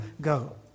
go